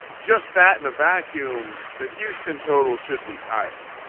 just that in a vacuum the houston totals should be higher.